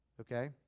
Okay